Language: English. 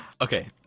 Okay